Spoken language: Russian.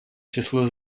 число